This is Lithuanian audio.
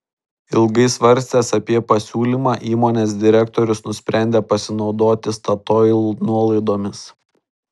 ilgai svarstęs apie pasiūlymą įmonės direktorius nusprendė pasinaudoti statoil nuolaidomis